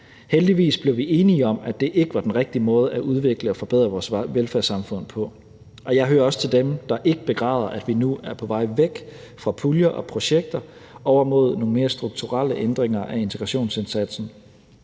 Heldigvis blev vi enige om, er det ikke var den rigtige måde at udvikle og forbedre vores velfærdssamfund på. Og jeg hører også til dem, der ikke begræder, at vi nu er på vej væk fra puljer og projekter over mod nogle mere strukturelle ændringer af integrationsindsatsen.